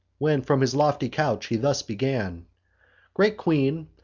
when from his lofty couch he thus began great queen,